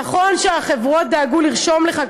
נכון שהחברות דאגו לרשום לך,